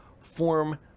form